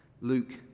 Luke